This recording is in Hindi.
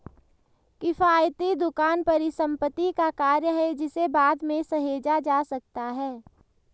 किफ़ायती दुकान परिसंपत्ति का कार्य है जिसे बाद में सहेजा जा सकता है